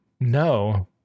no